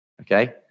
okay